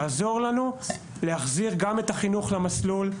תעזור לנו להחזיר גם את החינוך למסלולו,